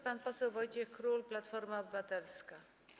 Pan poseł Wojciech Król, Platforma Obywatelska.